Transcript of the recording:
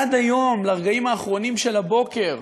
עד היום, ברגעים האחרונים של הבוקר,